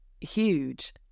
huge